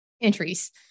entries